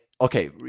okay